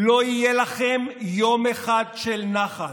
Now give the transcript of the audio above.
לא יהיה לכם יום אחד של נחת.